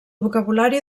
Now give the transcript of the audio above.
vocabulari